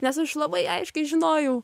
nes aš labai aiškiai žinojau